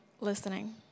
listening